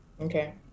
Okay